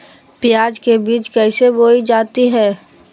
प्याज के बीज कैसे बोई जाती हैं?